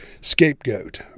scapegoat